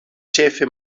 ĉefe